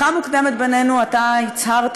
גם אלה מבינינו שאוכלים בשר ואוכלים מזון מהחי,